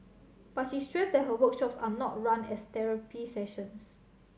but she stressed that her workshops are not run as therapy sessions